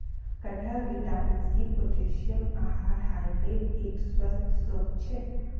कटहल vitamin C, potassium, आहार फाइबरेर एक स्वस्थ स्रोत छे